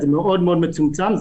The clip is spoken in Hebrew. זה מאוד מאוד מצומצם.